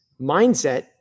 mindset